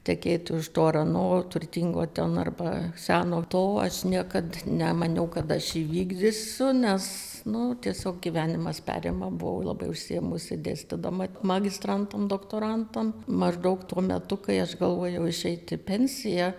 tekėti už to ar ano turtingo ten arba seno to aš niekad nemaniau kad aš įvykdysiu nes nu tiesiog gyvenimas perima buvau labai užsiėmusi dėstydama magistrantam doktorantam maždaug tuo metu kai aš galvojau išeiti į pensiją